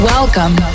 Welcome